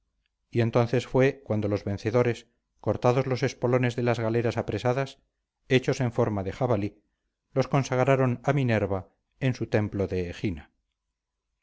y entonces fue cuando los vencedores cortados los espolones de las galeras apresadas hechos en forma de jabalí los consagraron a minerva en su templo de egina